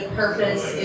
purpose